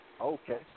Okay